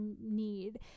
need